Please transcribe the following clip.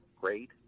great